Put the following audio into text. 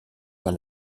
par